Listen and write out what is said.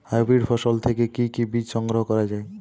Hybrid ফসল থেকে কি বীজ সংগ্রহ করা য়ায়?